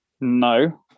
No